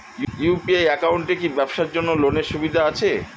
UPI একাউন্টে কি ব্যবসার জন্য লোনের সুবিধা আছে?